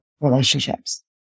relationships